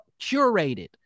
curated